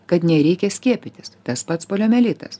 kad nereikia skiepytis tas pats poliomielitas